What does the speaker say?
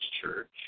Church